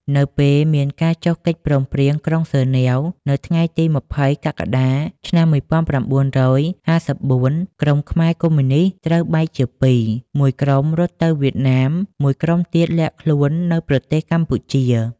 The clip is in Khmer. នៅពេលមានការចុះកិច្ចព្រមព្រៀងក្រុងហ្សឺណែវ នៅថ្ងៃទី២០ កក្កដា ឆ្នាំ១៩៥៤ ក្រុមខ្មែរកុម្មុយនិស្តត្រូវបែកជាពីរ មួយក្រុមរត់ទៅវៀតណាម មួយក្រុមទៀតលាក់ខ្លួននៅប្រទេសកម្ពុជា។